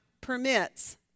permits